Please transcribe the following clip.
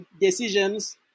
decisions